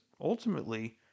ultimately